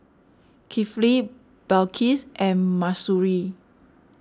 Kifli Balqis and Mahsuri